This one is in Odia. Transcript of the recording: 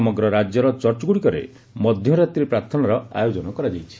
ସମଗ୍ର ରାଜ୍ୟର ଚର୍ଚ୍ଚଗୁଡ଼ିକରେ ମଧ୍ୟରାତ୍ରି ପ୍ରାର୍ଥନାର ଆୟୋଜନ କରାଯାଇଛି